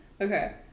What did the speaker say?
Okay